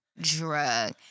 drug